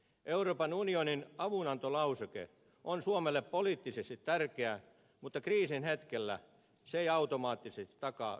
euroopan unionin avunantolauseke on suomelle poliittisesti tärkeä mutta kriisin hetkellä se ei automaattisesti takaa sotilaallista apua